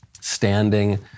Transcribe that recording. standing